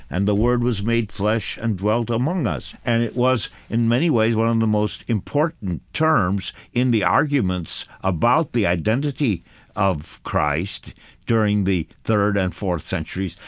and the word was made flesh and dwelt among us. and it was, in many ways, one of um the most important terms in the arguments about the identity of christ during the third and fourth centuries,